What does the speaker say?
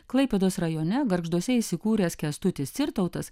klaipėdos rajone gargžduose įsikūręs kęstutis cirtautas